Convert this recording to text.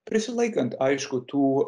prisilaikant aišku tų